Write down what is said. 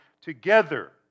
together